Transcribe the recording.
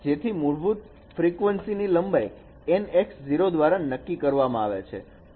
જેથી મૂળભૂત ફ્રિકવંસી ની લંબાઈ NX0 દ્વારા નક્કી કરવામાં આવે છે